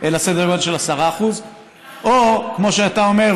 אלא סדר גודל של 10% או כמו שאתה אומר,